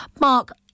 Mark